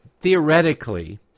theoretically